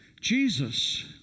Jesus